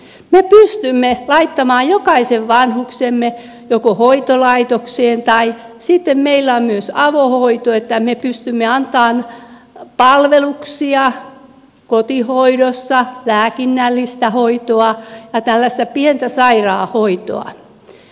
me pystymme joko laittamaan jokaisen vanhuksemme hoitolaitokseen tai sitten meillä on myös avohoito että me pystymme antamaan palveluksia kotihoidossa lääkinnällistä hoitoa ja tällaista pientä sairaanhoitoa